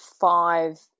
five